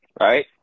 right